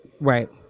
right